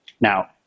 Now